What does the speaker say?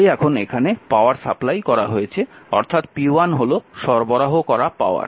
তাই এখন এখানে পাওয়ার সাপ্লাই করা হয়েছে অর্থাৎ p1 হল সরবরাহ করা পাওয়ার